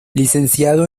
licenciado